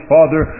Father